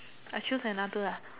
I choose another lah